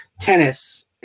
tennis